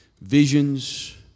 visions